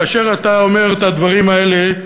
כאשר אתה אומר את הדברים האלה,